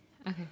Okay